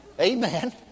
Amen